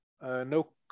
no